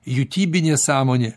jutiminė sąmonė